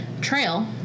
Trail